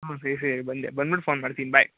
ಹ್ಞೂ ಸರಿ ಸರಿ ಬಂದೆ ಬಂದ್ಬಿಟ್ಟು ಫೋನ್ ಮಾಡ್ತೀನಿ ಬಾಯ್